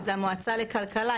זה המועצה לכלכלה,